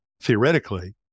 theoretically